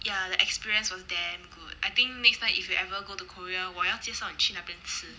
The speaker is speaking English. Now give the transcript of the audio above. ya the experience was damn good I think next time if you ever go to korea 我要介绍你去那边吃